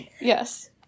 Yes